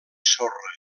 sorra